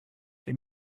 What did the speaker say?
they